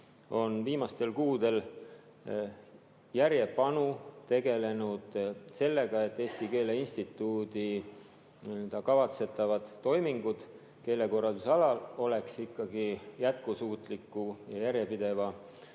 on viimastel kuudel järjepanu tegelenud sellega, et Eesti Keele Instituudi kavatsetavad toimingud keelekorralduse alal oleks ikkagi jätkusuutliku ja järjepideva ja